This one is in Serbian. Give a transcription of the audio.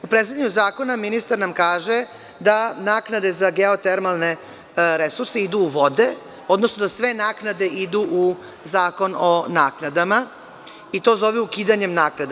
U predstavljanju zakona ministar nam kaže da naknade za geotermalne resurse idu u vode, odnosno da sve naknade idu u Zakon o naknadama, i to zove ukidanjem naknada.